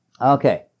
Okay